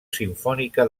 simfònica